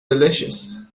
delicious